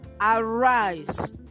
Arise